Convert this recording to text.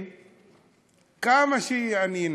כמה שאני אנסה,